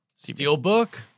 Steelbook